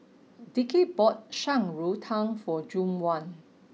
Dickie bought Shan Rui Tang for Juwan